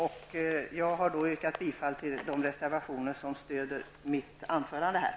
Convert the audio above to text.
Jag har yrkat bifall till de reservationer som mitt anförande stöder.